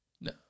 No